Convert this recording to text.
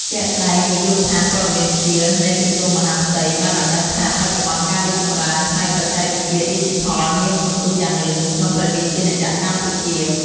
ជាក់ស្តែង នាយកដ្ឋានព័ត៌មានវិទ្យា នៃក្រសួងមហាផ្ទៃ បានឱ្យដឹងថា បច្ចុប្បន្នការរីកចម្រើនផ្នែកបច្ចេកវិទ្យាឌីជីថល មានសន្ទុះយ៉ាងលឿនក្នុងព្រះរាជាណាចក្រកម្ពុជា។